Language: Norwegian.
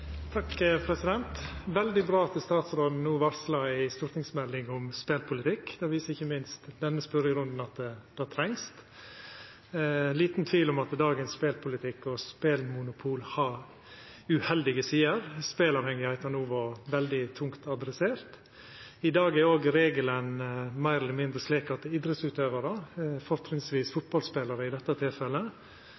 veldig bra at statsråden no varslar ei stortingsmelding om spelpolitikk. Det viser ikkje minst denne spørjerunden at trengst. Det er liten tvil om at dagens spelpolitikk og spelmonopol har uheldige sider – speleavhengigheita no var veldig tungt adressert. I dag er òg reglane meir eller mindre slik at idrettsutøvarar, fortrinnsvis